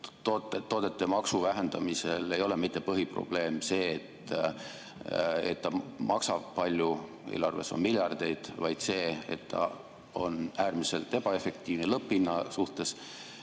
toodete maksu vähendamisel ei ole põhiprobleem mitte see, et see maksab palju – eelarves on miljardeid –, vaid see, et see on äärmiselt ebaefektiivne lõpphinna suhtes